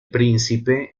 príncipe